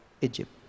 Egypt